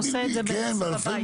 הוא עושה את זה אצלו בבית.